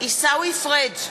עיסאווי פריג'